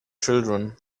children